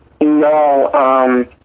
No